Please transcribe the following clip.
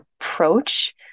approach